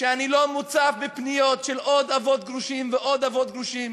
שאני לא מוצף בפניות של עוד אבות גרושים ועוד אבות גרושים.